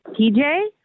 TJ